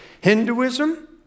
Hinduism